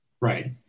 Right